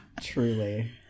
Truly